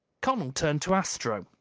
connel turned to astro.